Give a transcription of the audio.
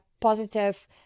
positive